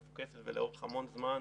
מפוקסת ולאורך המון זמן,